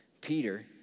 Peter